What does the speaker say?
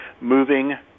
moving